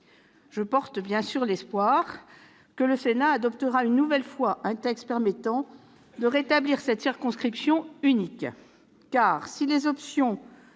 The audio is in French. J'ai l'espoir que le Sénat adoptera une nouvelle fois un texte permettant de rétablir cette circonscription unique. En effet, si les options